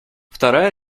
вторая